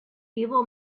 evil